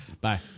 Bye